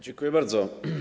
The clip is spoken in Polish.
Dziękuję bardzo.